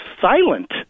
silent